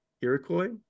Iroquois